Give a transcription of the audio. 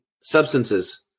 substances